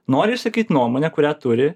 nori išsakyt nuomonę kurią turi